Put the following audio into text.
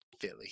Philly